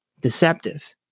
deceptive